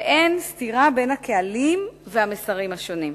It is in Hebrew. ואין סתירה בין הקהלים והמסרים השונים.